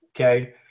Okay